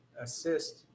assist